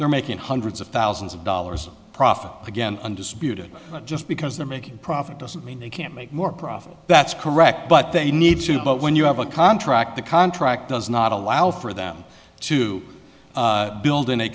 they're making hundreds of thousands of dollars profit again undisputed just because they're making a profit doesn't mean you can't make more profit that's correct but they need to but when you have a contract the contract does not allow for them to build in a